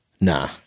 Nah